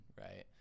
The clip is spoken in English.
right